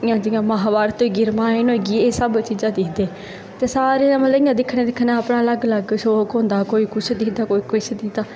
जियां महाभारपत होई रामायण होई ओह् इस स्हाबै दियां चीज़ां दिक्खदे ते सारें दा मतलब अपने अलग अलग दिक्खनै दा शौक होंदा कोई किश दिक्खदा कोई किश दिक्खदा